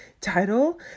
title